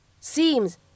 Seems